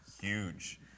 huge